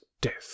death